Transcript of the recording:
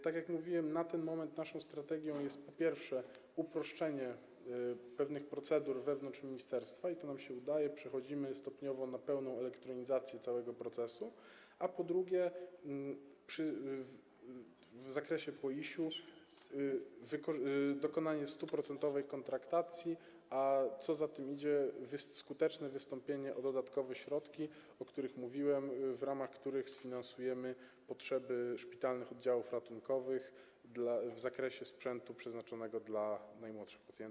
Tak jak mówiłem, na ten moment naszą strategią jest, po pierwsze, uproszczenie pewnych procedur wewnątrz ministerstwa - to się nam udaje, przechodzimy stopniowo na pełną elektronizację całego procesu - po drugie, w zakresie PO IiŚ-u, dokonanie 10-procentowej kontraktacji, a co za tym idzie, skuteczne wystąpienie o dodatkowe środki, o których mówiłem, w ramach których sfinansujemy potrzeby szpitalnych oddziałów ratunkowych w zakresie sprzętu przeznaczonego dla najmłodszych pacjentów.